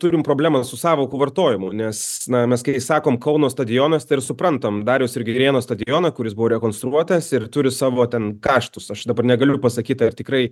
turim problemą su sąvokų vartojimu nes na mes kai sakom kauno stadionas tai ir suprantam dariaus ir girėno stadioną kuris buvo rekonstruotas ir turi savo ten kaštus aš dabar negaliu pasakyt ar tikrai